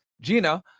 Gina